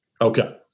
Okay